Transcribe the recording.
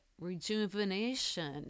rejuvenation